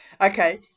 Okay